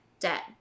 debt